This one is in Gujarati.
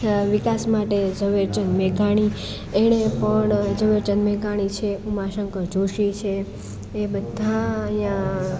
વિકાસ માટે ઝવેરચંદ મેઘાણી એણે પણ ઝવેરચંદ મેઘાણી છે ઉમા શંકર જોશી છે એ બધા એ આ